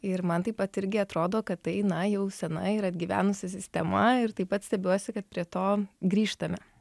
ir man taip pat irgi atrodo kad tai na jau sena ir atgyvenusi sistema ir taip pat stebiuosi kad prie to grįžtame